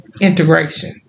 integration